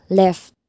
left